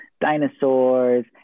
dinosaurs